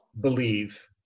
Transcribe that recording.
believe